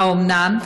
1. האומנם?